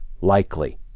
likely